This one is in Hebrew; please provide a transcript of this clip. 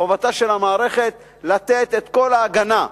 חובתה של המערכת לתת את כל ההגנה,